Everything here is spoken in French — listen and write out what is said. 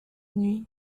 nuit